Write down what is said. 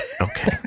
Okay